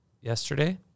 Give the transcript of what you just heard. yesterday